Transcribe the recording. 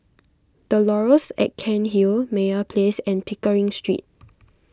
the Laurels at Cairnhill Meyer Place and Pickering Street